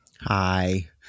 Hi